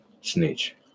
snitch